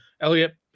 Elliot